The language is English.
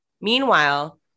Meanwhile